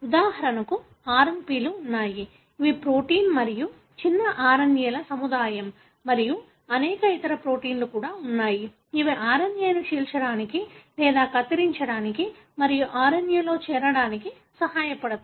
ఉదాహరణకు RNP లు ఉన్నాయి ఇవి ప్రోటీన్ మరియు చిన్న RNA ల సముదాయం మరియు అనేక ఇతర ప్రోటీన్లు కూడా ఉన్నాయి ఇవి RNA ను చీల్చడానికి లేదా కత్తిరించడానికి మరియు RNA లో చేరడానికి సహాయపడతాయి